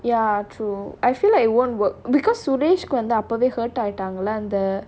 ya true I feel like it won't work because suresh கு வந்து அப்போ தான்:ku vandhu appo than hurt ஆகிட்டாங்கள அந்த:aagitangala andha